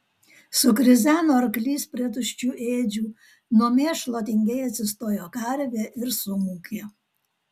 sukrizeno arklys prie tuščių ėdžių nuo mėšlo tingiai atsistojo karvė ir sumūkė